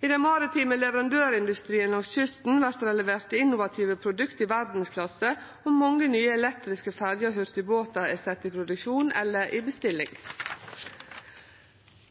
I den maritime leverandørindustrien langs kysten vert det levert innovative produkt i verdsklasse, og mange nye elektriske ferjer og hurtigbåtar er sette i produksjon eller er i bestilling.